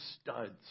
studs